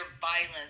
violence